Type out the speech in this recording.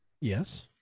Yes